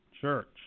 Church